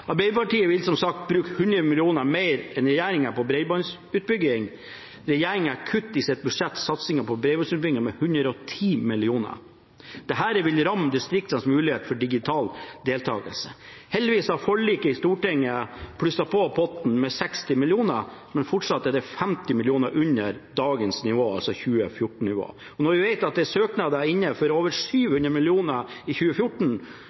Arbeiderpartiet vil som sagt bruke 100 mill. kr mer enn regjeringen på bredbåndsutbygging. Regjeringen kutter i sitt budsjett satsingen på bredbåndsutbygging med 110 mill. kr. Dette vil ramme distriktenes mulighet for digital deltakelse. Heldigvis har en ved forliket i Stortinget plusset på potten med 60 mill. kr. Men fortsatt er det 50 mill. kr under dagens nivå, altså 2014-nivå. Når vi vet at det er søknader inne for over 700 mill. kr i 2014,